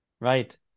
right